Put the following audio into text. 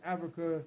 Africa